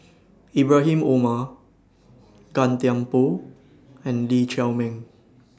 Ibrahim Omar Gan Thiam Poh and Lee Chiaw Meng